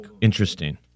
Interesting